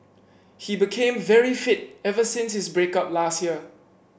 he became very fit ever since his break up last year